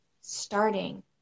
starting